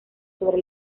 sobre